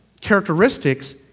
characteristics